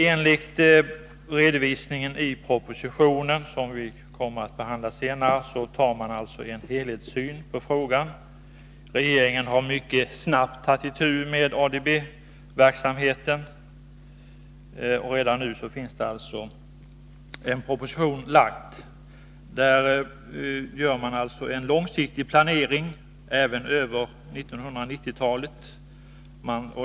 Enligt redovisningen i propositionen, som vi kommer att behandla senare, har man en helhetssyn på frågan. Regeringen har mycket snabbt tagit itu med ADB-verksamheten. Redan nu finns alltså en proposition. Den innehåller en långsiktig planering även för 1990-talet.